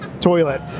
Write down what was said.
toilet